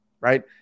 right